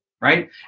right